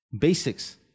Basics